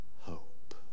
hope